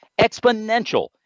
exponential